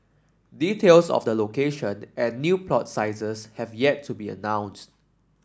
details of the location and new plot sizes have yet to be announced